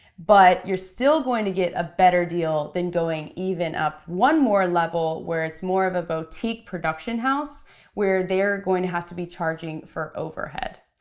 but you're still going to get a better deal than going even up one more level where it's more of a boutique production house where they're going to have to be charging for overhead.